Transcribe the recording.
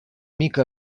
mica